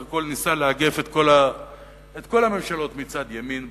הכול ניסה לאגף את כל הממשלות מצד ימין,